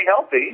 healthy